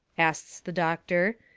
asts the doctor.